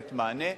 לתת מענה.